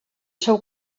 seu